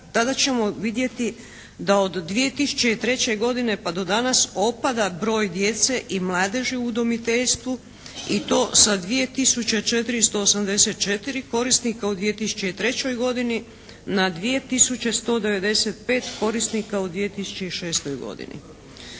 tada ćemo vidjeti da od 2003. godine pa do danas opada broj djece i mladeži u udomiteljstvu i to sa 2 tisuće 484 korisnika u 2003. godini, na 2 tisuće 195 korisnika u 2006. godini.